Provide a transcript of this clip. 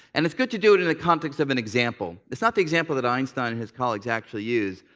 and it's good to do it in the context of an example. it's not the example that einstein and his colleagues actually used.